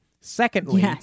Secondly